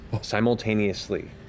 simultaneously